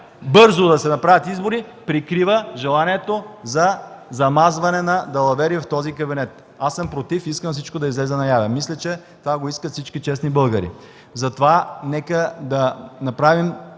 бързо да се направят избори, прикрива желанието за замазване на далавери от този кабинет. Аз съм против! Искам всичко да излезе на яве. Мисля, че това го искат всички честни българи. Затова нека да приемем,